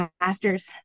master's